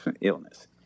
illness